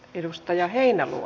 arvoisa puhemies